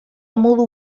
modu